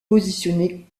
positionné